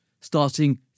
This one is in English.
starting